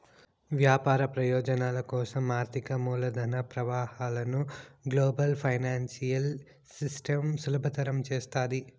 వ్యాపార ప్రయోజనాల కోసం ఆర్థిక మూలధన ప్రవాహాలను గ్లోబల్ ఫైనాన్సియల్ సిస్టమ్ సులభతరం చేస్తాది